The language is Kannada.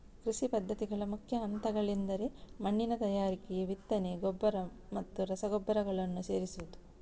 ಕೃಷಿ ಪದ್ಧತಿಗಳ ಮುಖ್ಯ ಹಂತಗಳೆಂದರೆ ಮಣ್ಣಿನ ತಯಾರಿಕೆ, ಬಿತ್ತನೆ, ಗೊಬ್ಬರ ಮತ್ತು ರಸಗೊಬ್ಬರಗಳನ್ನು ಸೇರಿಸುವುದು